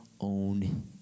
own